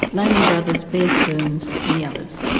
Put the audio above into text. lehman brothers, bear stearns and the others.